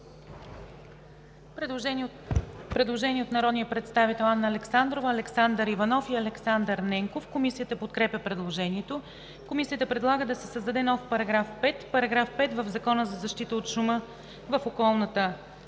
Предложение от народните представители Анна Александрова, Александър Иванов и Александър Ненков. Комисията подкрепя предложението. Комисията предлага да се създаде нов § 5: „§ 5. В Закона за защита от шума в околната